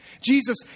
Jesus